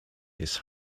his